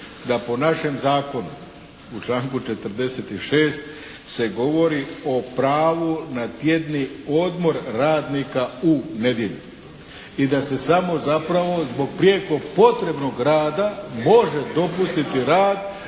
da po našem zakonu u članku 46. se govori o pravu na tjedni odmor radnika u nedjelju i da se samo zapravo zbog prijekog potrebnog rada može dopustiti rad